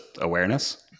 awareness